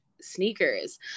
sneakers